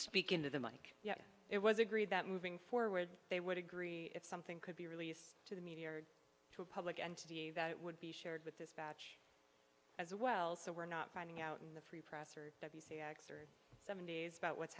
speaking to them like it was agreed that moving forward they would agree if something could be released to the media or to a public entity that would be shared with this batch as well so we're not finding out in the free press or the seventy's about what's